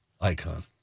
Icon